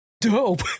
dope